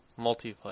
multiplayer